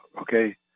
okay